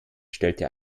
stellte